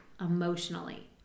emotionally